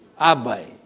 Abai